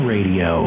Radio